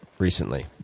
recently?